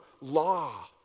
law